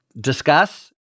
discuss